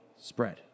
spread